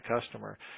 customer